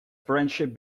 friendship